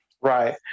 Right